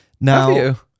now